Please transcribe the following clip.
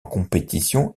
compétition